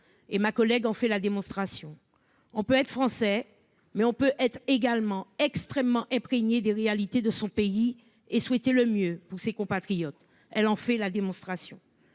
et ma collègue en fait la démonstration. On peut être français mais on peut être également extrêmement imprégné des réalités de son pays et souhaité le mieux pour ses compatriotes, elle en fait la démonstration.